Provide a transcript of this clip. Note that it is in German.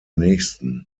nächsten